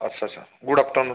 असं असं good afternoon